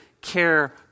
care